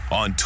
on